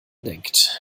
denkt